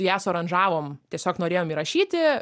ją suaranžavom tiesiog norėjom įrašyti